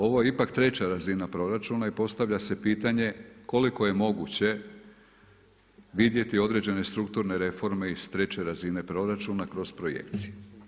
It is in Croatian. Ovo je ipak treća razina proračuna i postavlja se pitanje koliko je moguće vidjeti određene strukturne reforme iz treće razine proračuna kroz projekcije?